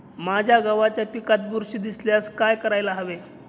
माझ्या गव्हाच्या पिकात बुरशी दिसल्यास काय करायला हवे?